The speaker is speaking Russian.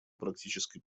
практической